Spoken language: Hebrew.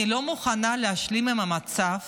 אני לא מוכנה להשלים עם המצב